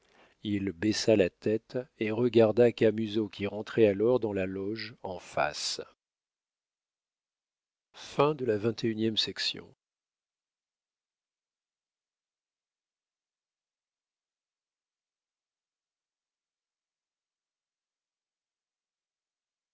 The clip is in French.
il baissa la tête et regarda camusot qui rentrait alors dans la loge en face